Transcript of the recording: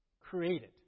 created